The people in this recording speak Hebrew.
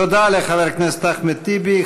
תודה לחבר הכנסת אחמד טיבי.